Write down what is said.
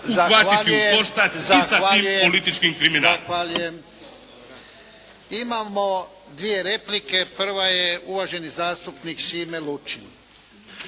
Zahvaljujem.